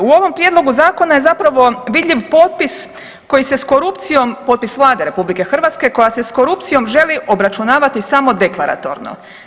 U ovom prijedlogu zakona je zapravo vidljiv potpis koji se s korupcijom, potpis Vlade RH, koja se s korupcijom želi obračunavati samo deklaratorno.